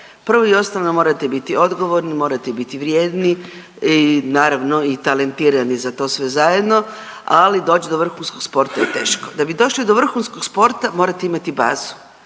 Prvo i osnovno morate biti odgovorni, morate biti vrijedni i naravno i talentirani za to sve zajedno, ali doć do vrhunskog sporta je teško. Da bi došli do vrhunskog sporta morate imati bazu